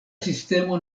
sistemo